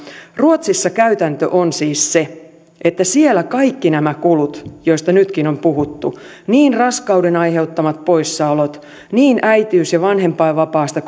ruotsissa käytäntö on siis se että siellä kaikki nämä kulut joista nytkin on puhuttu niin raskauden aiheuttamat poissaolot ja äitiys ja vanhempainvapaasta